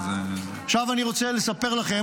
עכשיו אני רוצה לספר לכם,